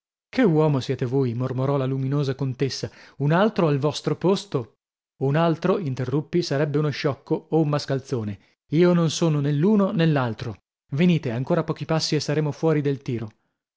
che uomo siete voi mormorò la luminosa contessa un altro al vostro posto un altro interruppi sarebbe uno sciocco o un mascalzone io non sono nè l'uno nè l'altro venite ancora pochi passi e saremo fuori del tiro